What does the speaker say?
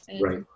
right